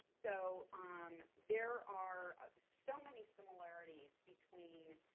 so um there are so many similarities between